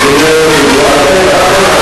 רק רגע,